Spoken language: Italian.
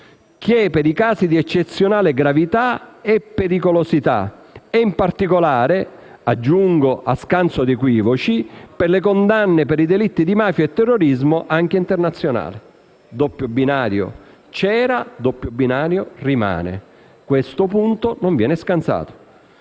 «che per i casi di eccezionale gravità e pericolosità e in particolare» - aggiungo a scanso di equivoci - «per le condanne per i delitti di mafia e terrorismo anche internazionale». Doppio binario c'era e doppio binario rimane; questo punto non viene scansato.